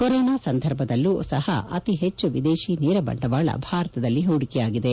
corona ಸಂದರ್ಭದಲ್ಲೂ ಸಹ ಅತಿ ಹೆಚ್ಚು ವಿದೇಶಿ ನೇರ ಬಂಡವಾಳ ಭಾರತದಲ್ಲಿ ಹೂಡಿಕೆಯಾಗಿದೆ